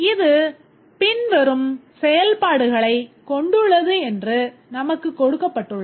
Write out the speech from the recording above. இது பின்வரும் செயல்பாடுகளைக் கொண்டுள்ளது என்று நமக்குக் கொடுக்கப்பட்டுள்ளது